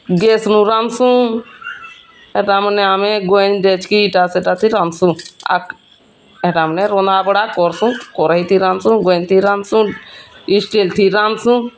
gas ନୁ ରାନ୍ଧୁସୁଁ ହେଟା ମାନେ ଆମେ ଗୋଏନ ଜେଚ୍କି ଇଟା ସେଟାକେ୍ ରାନ୍ଧ୍ସୁଁ ଆକ୍ ହେଟାମାନେ ରନ୍ଧା୍ ବଢ଼ା କରୁସୁଁ ଗୋଏନ୍ ଥି ରାନ୍ଧୁସୁଁ କରେଇ ଥି ରାନ୍ଧ୍ସୁଁ ଗୋଏନ୍ତି ରାନ୍ଧୁସୁଁ ଇଷ୍ଟେଲ୍ ଥି ରାନ୍ଧୁସୁଁ